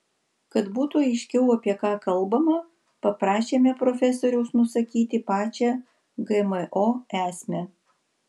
kad būtų aiškiau apie ką kalbama paprašėme profesoriaus nusakyti pačią gmo esmę